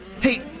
Hey